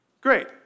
Great